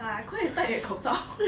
ah 快点戴你口罩